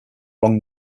wrong